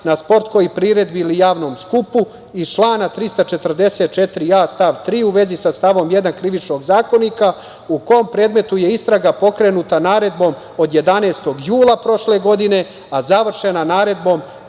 na sportskoj priredbi ili javnom skupu iz člana 344a, stav 3. u vezi sa tavom 1. Krivičnog zakonika u kom predmetu je istraga pokrenuta naredbom od 11. jula prošle godine, a završena naredbom